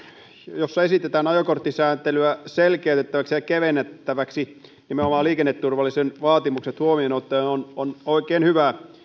jossa esitetään ajokorttisääntelyä selkeytettäväksi ja kevennettäväksi nimenomaan liikenneturvallisuuden vaatimukset huomioon ottaen on on oikein hyvä